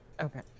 Okay